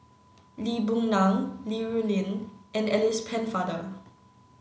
Lee Boon Ngan Li Rulin and Alice Pennefather